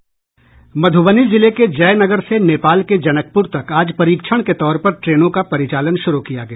मध्रबनी जिले के जयनगर से नेपाल के जनकपूर तक आज परीक्षण के तौर पर ट्रेनों का परिचालन शुरू किया गया